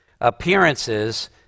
appearances